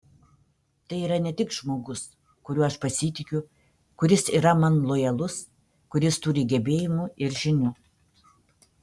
tai yra ne tik žmogus kuriuo aš pasitikiu kuris yra man lojalus kuris turi gebėjimų ir žinių